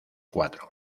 cuatro